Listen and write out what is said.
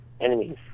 enemies